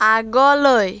আগলৈ